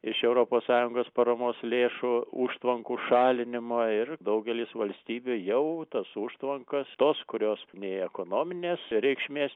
iš europos sąjungos paramos lėšų užtvankų šalinimo ir daugelis valstybių jau tas užtvankas tos kurios nei ekonominės reikšmės